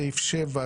סעיף 7,